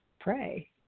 pray